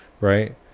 right